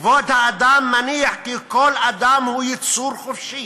כבוד האדם מניח כי כל אדם הוא יצור חופשי,